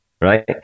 right